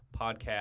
podcast